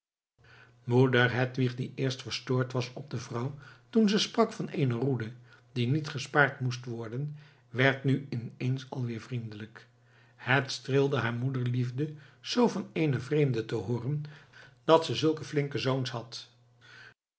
moeder hedwig die eerst verstoord was op de vrouw toen ze sprak van eene roede die niet gespaard moest worden werd nu ineens alweer vriendelijk het streelde hare moederliefde zoo van eene vreemde te hooren dat ze zulke flinke zoons had